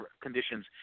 conditions –